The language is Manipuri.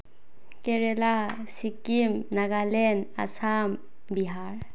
ꯀꯦꯔꯂꯥ ꯁꯤꯛꯀꯤꯝ ꯅꯒꯥꯂꯦꯟ ꯑꯁꯥꯝ ꯕꯤꯍꯥꯔ